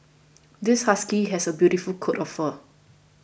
this husky has a beautiful coat of fur